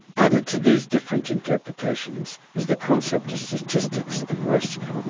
added to these different interpretations is the concept of statistics and risk.